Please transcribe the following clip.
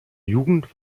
jugend